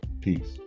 peace